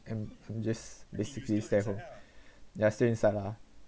I'm I'm just basically stay home ya inside lah